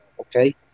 okay